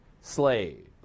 slave